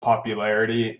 popularity